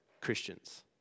Christians